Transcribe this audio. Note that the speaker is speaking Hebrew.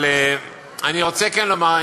אבל אני רוצה כן לומר,